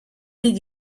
did